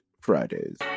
Fridays